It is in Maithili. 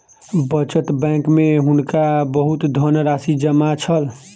बचत बैंक में हुनका बहुत धनराशि जमा छल